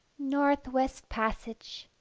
north-west passage